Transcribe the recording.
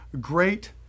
great